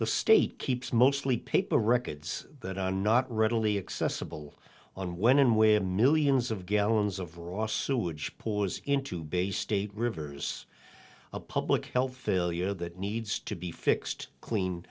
the state keeps mostly paper records that are not readily accessible on when and where millions of gallons of raw sewage pours into baystate rivers a public health failure that needs to be fixed clean